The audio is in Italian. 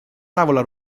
tavola